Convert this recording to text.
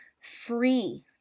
free